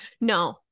No